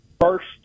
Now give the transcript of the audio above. first